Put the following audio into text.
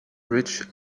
rich